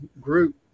group